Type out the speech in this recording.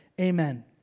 Amen